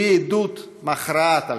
היא עדות מכרעת לכך.